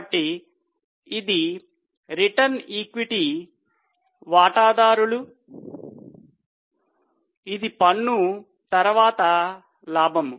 కాబట్టి ఇది return equity వాటాదారులు ఇది పన్ను తరువాత లాభం